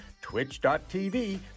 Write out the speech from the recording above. twitch.tv